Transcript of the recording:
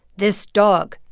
this dog,